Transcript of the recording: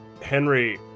Henry